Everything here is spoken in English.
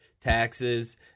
taxes